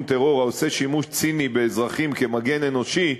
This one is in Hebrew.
טרור העושה שימוש ציני באזרחים כמגן אנושי,